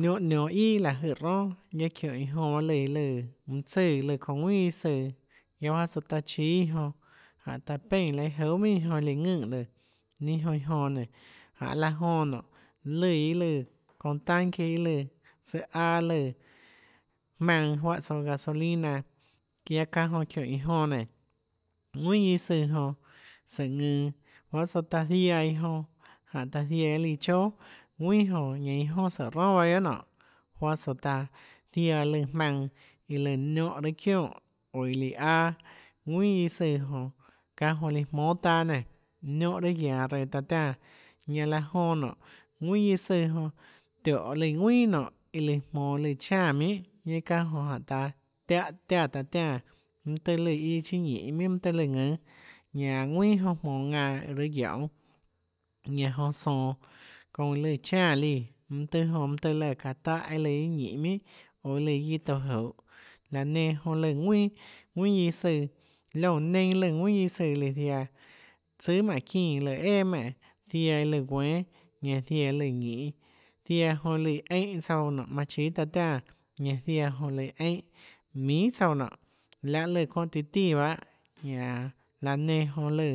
Niónhã nionå ià láhå jøè ronà ñanã çiónhå iã jonã lùã lùã mønã tsùã lùã çounã ðuinà guiâ søã juáhã tsoå taã chíâ iã jonã jánhå taã peínã laã iâ juhà minhà iã jonã lùã ðønè líã ninâ jonã iã jonã nénå janê laã jonã nonê lùã iâ løã çounã tanþe iâ lùã søã áâ lùã jmaønâ juáhã tsouã gasolina guiaâ çánhã jonã çiónå iã jonã nénå ðuinà guiâ søã jonã sùhå ðønå juáhà søâ taã ziaã iã jonã taã ziaã iâ líã chóà ðuinà jonã ñanã iâ jonà sùhå ronà bahâ guiohà nonê juáhã soã taã ziaã láã jmaønã iã lùã niónhã raâ çionè oå iâ líã aâ ðuinà guiâ søã jonã çánhã jonã líã jmónâ taâ ménå niónhã raâ guianå reã taã tiánã ñanã laã jonã nionê ðuinà guiâ søã jonã tiónhå iã lùã ðuinà nonê iã jmonå lùã chánã minhà çánhã jonã jánhå taã tiáhã tiáã taã tiánã mønâ tøhê lùã iâ chiâ ninê minhà mønâ tøhê lùã ðùnâ ñanã ðuinà jonã jmonå ðanã raâ guionê ñanã jonã sonå çounã iã lùã chánã líã mønâ tøhê jonã mønâ tøhê lùã çaã táhã jeinhâ iâ lùã iâ ninê minhà oå iâ lùã guiâ touã juhå laã nenã jonã lùã ðuinà ðuinà guiâ søã liónã neinâ lùã ðuinà guiâ søã iã lùã ziaã tsùà jmánhå çínã lùã eà menè ziaã iã lùã guénâ ziaã iã lùã ñinê ziaã jonã lùã eínhã tsouã manã chíâ taã tiánã ñanã ziaã jonã lùã eínhã minhà tsouã nonê láhã lùã çounã tiã tíã bahâ laå laã nenã lùã